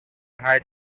had